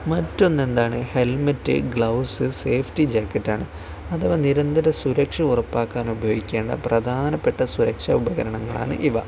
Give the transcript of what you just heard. മറ്റൊന്ന് എന്താണ് helmet gloves safety ജാക്കറ്റാണ് അഥവാ നിരന്തര സുരക്ഷ ഉറപ്പാക്കാൻ ഉപയോഗിക്കേണ്ട പ്രധാനപ്പെട്ട സുരക്ഷ ഉപകരണങ്ങളാണ് ഇവ